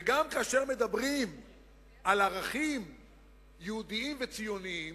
וגם כאשר מדברים על ערכים יהודיים וציוניים,